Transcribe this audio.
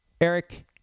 Eric